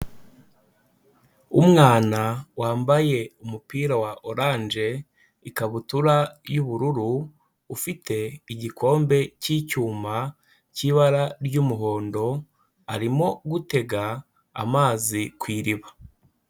Umwana wambaye umupira wa oranje, ikabutura y'ubururu, ufite igikombe cy'icyuma, cy'ibara ry'umuhondo arimo gutega amazi ku iriba.